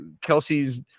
Kelsey's